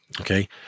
okay